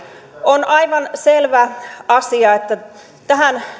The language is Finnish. on aivan selvä asia että tähän